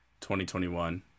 2021